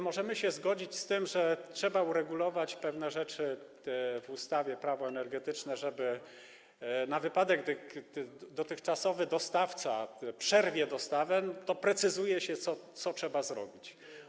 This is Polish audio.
Możemy się zgodzić z tym, że trzeba uregulować pewne rzeczy w ustawie Prawo energetyczne - w przypadku gdy dotychczasowy dostawca przerwie dostawę, precyzuje się, co trzeba zrobić.